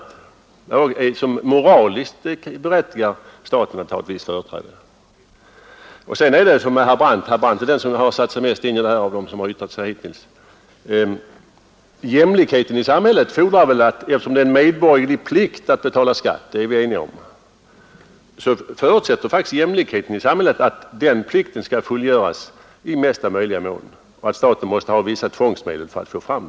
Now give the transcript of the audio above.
Det är sådant som moraliskt berättigar staten att ha ett visst företräde. Av dem som hittills yttrat sig i denna debatt är herr Brandt den som har satt sig bäst in i frågorna, och han sade att eftersom det är en medborgerlig plikt att erlägga skatt — därom är vi väl helt eniga — förutsätter faktiskt jämlikheten i samhället att den plikten fullgörs i mesta möjliga mån och att staten måste ha vissa tvångsmedel för att få in skatten.